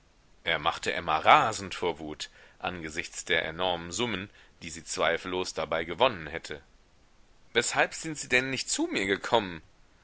er machte emma rasend vor wut angesichts der enormen summen die sie zweifellos dabei gewonnen hätte weshalb sind sie denn nicht zu mir gekommen